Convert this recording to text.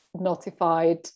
notified